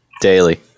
Daily